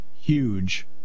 huge